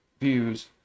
views